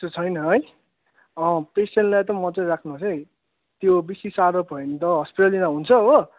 त्यस्तो छैन है अँ पेसेन्टलाई चाहिँ मज्जाले राख्नुहोस् है त्यो बेसी साह्रो भयो भने त हस्पिटल लिएर आउँदा हुन्छ हो